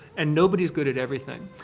and nobody is good at everything.